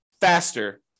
faster